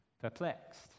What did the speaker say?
perplexed